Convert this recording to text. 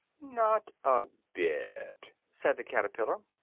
not a bit, said the caterpillar.